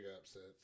upsets